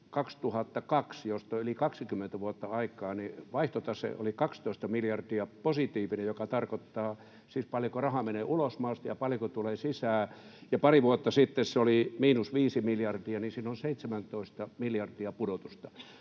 2002, josta on yli 20 vuotta aikaa, vaihtotase oli 12 miljardia positiivinen, joka tarkoittaa sitä, paljonko rahaa menee ulos maasta ja paljonko tulee sisään. Pari vuotta sitten se oli miinus 5 miljardia, siinä on 17 miljardia pudotusta.